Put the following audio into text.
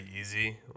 easy